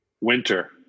winter